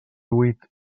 huit